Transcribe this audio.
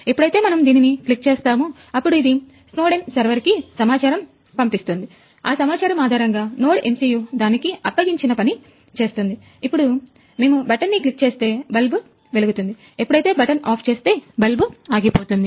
ఎప్పుడైతే మనము దీనిని క్లిక్ చేస్తాము అప్పుడు ఇది స్నోడెన్ సర్వర్ కి సమాచారం కనిపిస్తుంది పంపిస్తుంది ఆ సమాచారం ఆధారంగా NodeMCU దానికి అప్పగించిన పనిచేస్తుంది ఇప్పుడు మేము బటన్ని క్లిక్ చేస్తే బల్బు వెలుగుతుంది ఎప్పుడైతే బటన్ ఆఫ్ చేస్తే బల్బు ఆగిపోతుంది